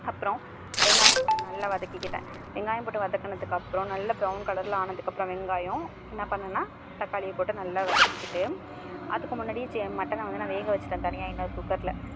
அப்புறோம் வெங்காயம் போட்டு நல்லா வதக்கிகிட்டேன் வெங்காயம் போட்டு வதங்குனதுக்கு அப்புறம் நல்ல ப்ரவுன் கலரில் ஆனதுக்கு அப்புறம் வெங்காயம் என்ன பண்ணன்னா அப்படினா தக்காளி போட்டு நல்லா வதக்கிக்கிட்டு அதுக்கு முன்னாடி மட்டனை வந்து வேக வச்சிவிட்டேன் தனியாக இன்னோரு குக்கரில்